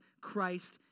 Christ